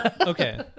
okay